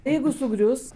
jeigu sugrius